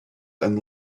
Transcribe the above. and